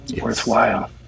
Worthwhile